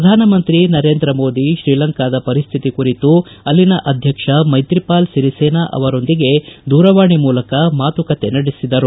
ಪ್ರಧಾನಮಂತ್ರಿ ನರೇಂದ್ರ ಮೋದಿ ತ್ರೀಲಂಕಾದ ಪರಿಸ್ಥಿತಿ ಕುರಿತು ಅಲ್ಲಿನ ಅಧ್ವಕ್ಷ ಮೈತ್ರಿಪಾಲ್ ಸಿರಿಸೇನಾ ಅವರೊಂದಿಗೆ ದೂರವಾಣಿ ಮೂಲಕ ಮಾತುಕತೆ ನಡೆಸಿದರು